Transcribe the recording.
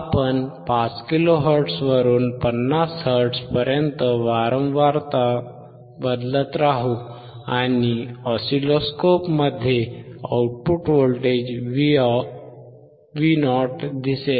आपण 5 kilo hertz वरून 50 hertz पर्यंत वारंवारता बदलत राहू आणि ऑसिलोस्कोपमध्ये आउटपुट व्होल्टेज Vo दिसेल